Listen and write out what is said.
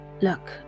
Look